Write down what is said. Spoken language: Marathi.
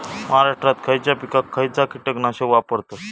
महाराष्ट्रात खयच्या पिकाक खयचा कीटकनाशक वापरतत?